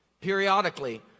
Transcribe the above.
Periodically